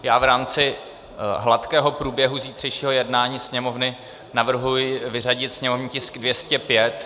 Já v rámci hladkého průběhu zítřejšího jednání Sněmovny navrhuji vyřadit sněmovní tisk 205.